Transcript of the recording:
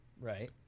Right